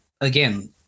again